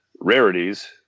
rarities